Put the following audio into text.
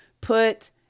put